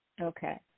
Okay